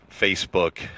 Facebook